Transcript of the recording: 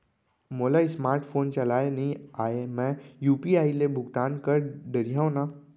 मोला smartphone चलाए नई आए मैं यू.पी.आई ले भुगतान कर डरिहंव न?